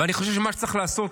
ואני חושב שמה שצריך לעשות,